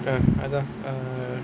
ah அதான்:athaan err